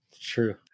True